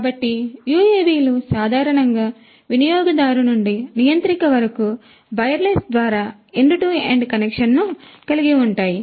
కాబట్టి UAV లు సాధారణంగా వినియోగదారు నుండి నియంత్రిక వరకు వైర్లెస్ ద్వారా ఎండ్ టు ఎండ్ కనెక్షన్ను కలిగి ఉంటాయి